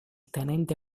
tenente